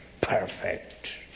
perfect